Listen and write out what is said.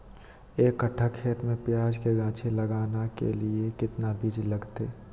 एक कट्ठा खेत में प्याज के गाछी लगाना के लिए कितना बिज लगतय?